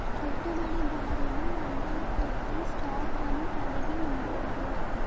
పెట్టుబడిదారులు వందలకొద్దీ స్టాక్ లను కలిగి ఉంటారు